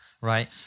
right